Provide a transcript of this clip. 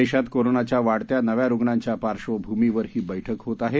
देशात कोरोनाच्या वाढत्या नव्या रुग्णांच्या पार्श्वभूमीवर ही बठ्क होत आहे